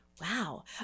Wow